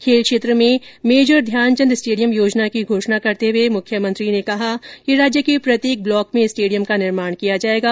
खेल क्षेत्र में मेजर ध्यानचंद स्टेडियम योजना की घोषणा करते हुए मुख्यमंत्री ने कहा कि राज्य के प्रत्येक ब्लॉक में स्टेडियम का निर्माण किया जाएगा